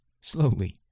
slowly